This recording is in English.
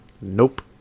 Nope